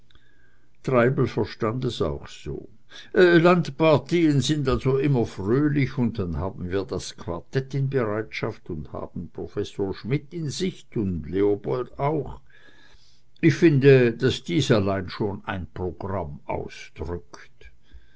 treibel verstand es auch so landpartien also sind immer fröhlich und dann haben wir das quartett in bereitschaft und haben professor schmidt in sicht und leopold auch ich finde daß dies allein schon ein programm ausdrückt